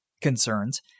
concerns